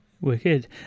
Wicked